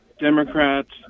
Democrats